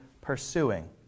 pursuing